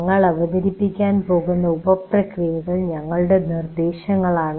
ഞങ്ങൾ അവതരിപ്പിക്കാൻ പോകുന്ന ഉപപ്രക്രിയകൾ ഞങ്ങളുടെ നിർദ്ദേശങ്ങളാണ്